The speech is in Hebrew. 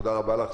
תודה רבה לך.